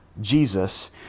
Jesus